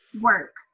work